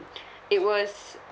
it was